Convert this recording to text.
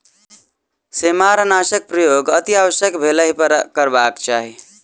सेमारनाशकक प्रयोग अतिआवश्यक भेलहि पर करबाक चाही